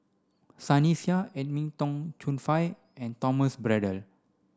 Sunny Sia Edwin Tong Chun Fai and Thomas Braddell